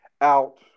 out